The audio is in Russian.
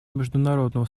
международного